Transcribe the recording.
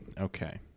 Okay